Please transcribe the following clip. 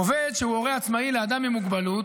עובד שהוא הורה עצמאי לאדם עם מוגבלות,